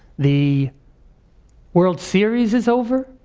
the world series is over,